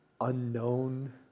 unknown